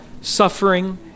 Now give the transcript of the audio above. suffering